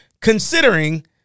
Considering